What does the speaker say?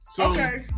okay